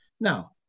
Now